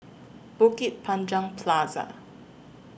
Bukit Panjang Plaza